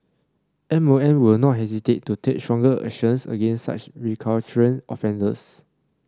M O M will not hesitate to take stronger actions against such recalcitrant offenders